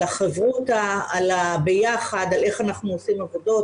על החברותא, על הביחד, על איך אנחנו עושים עבודות.